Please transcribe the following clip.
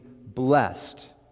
blessed